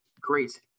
great